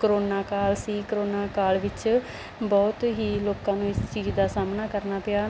corona ਕਾਲ ਸੀ corona ਕਾਲ ਵਿੱਚ ਬਹੁਤ ਹੀ ਲੋਕਾਂ ਨੂੰ ਇਸ ਚੀਜ਼ ਦਾ ਸਾਹਮਣਾ ਕਰਨਾ ਪਿਆ